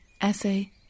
essay